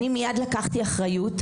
אני מיד לקחתי אחריות.